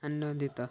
ଆନନ୍ଦିତ